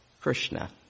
Krishna